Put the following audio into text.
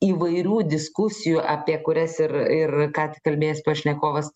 įvairių diskusijų apie kurias ir ir kątik kalbėjęs pašnekovas